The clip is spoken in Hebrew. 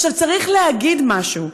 עכשיו, צריך להגיד משהו.